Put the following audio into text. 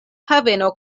haveno